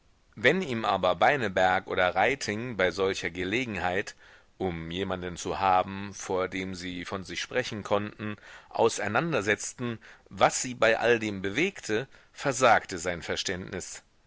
wenn ihm aber beineberg oder reiting bei solcher gelegenheit um jemanden zu haben vor dem sie von sich sprechen konnten auseinandersetzten was sie bei all dem bewegte versagte sein verständnis